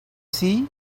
sea